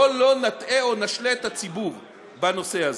בוא לא נטעה או נשלה את הציבור בנושא הזה.